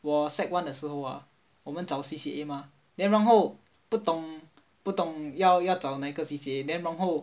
我 sec one 的时候 ah 我们找 C_C_A mah then 然后不懂不懂要要找那个 C_C_A then 然后